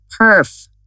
Perf